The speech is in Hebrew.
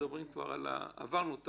עברנו את